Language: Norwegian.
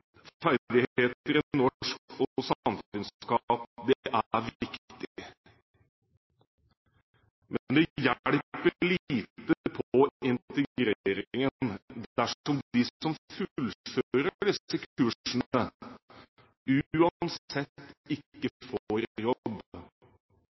ferdigheter i norsk og samfunnskunnskap er viktig. Men det hjelper lite på integreringen dersom de som fullfører disse kursene, uansett ikke